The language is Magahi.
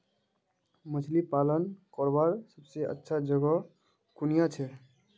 मछली पालन करवार सबसे अच्छा जगह कुनियाँ छे?